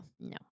No